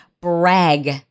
brag